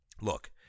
Look